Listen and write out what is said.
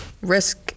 risk